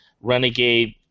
Renegade